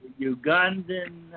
Ugandan